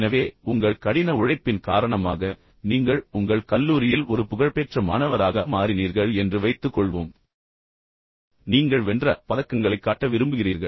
எனவே உங்கள் கடின உழைப்பின் காரணமாக நீங்கள் உங்கள் கல்லூரியில் ஒரு புகழ்பெற்ற மாணவராக மாறினீர்கள் என்று வைத்துக்கொள்வோம் பின்னர் நீங்கள் சில பதக்கங்களை வென்றீர்கள் பின்னர் நீங்கள் பதக்கங்களைக் காட்ட விரும்புகிறீர்கள்